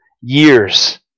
years